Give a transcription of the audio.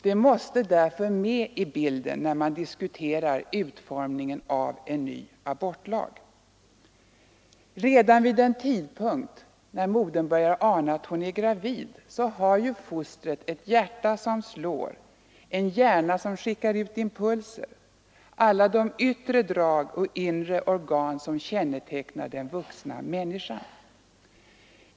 Det måste därför med i bilden när man diskuterar utformningen av en ny abortlag. Redan vid den tidpunkt när modern börjar ana att hon är gravid har fostret ett hjärta som slår, en hjärna som skickar ut impulser och alla de yttre drag och inre organ som kännetecknar den vuxna människan.